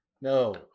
No